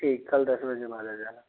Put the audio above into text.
ठीक कल दस बजे बाद आ जाना